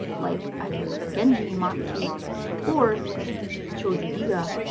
like either the genji emaki or the choujuu giga,